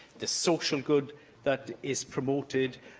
the social good that is promoted,